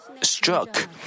struck